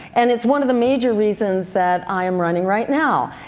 and it's one of the major reasons that i am running right now.